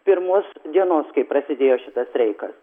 pirmos dienos kai prasidėjo šitas streikas